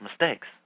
mistakes